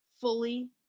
fully